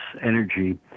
energy